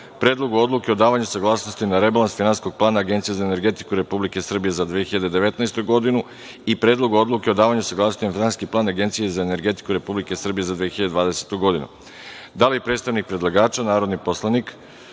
Predlogu odluke o davanju saglasnosti na rebalans finansijskog plana Agencije za energetiku Republike Srbije za 2019. godinu i Predlogu odluke o davanju saglasnosti na finansijski plan Agencije za energetiku Republike Srbije za 2020. godinu. Da li predstavnik predlagača, narodni poslanik